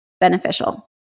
beneficial